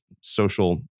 social